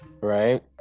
right